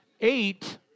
eight